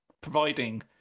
providing